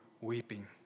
weeping